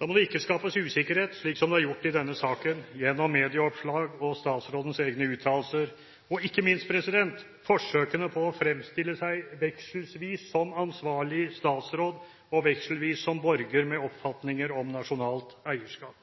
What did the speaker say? Da må det ikke skapes usikkerhet, slik som det er gjort i denne saken – gjennom medieoppslag, statsrådens egne uttalelser og ikke minst forsøkene på å fremstille seg vekselvis som ansvarlig statsråd og vekselvis som borger med oppfatninger om nasjonalt eierskap.